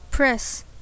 Press